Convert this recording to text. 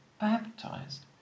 baptized